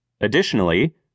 Additionally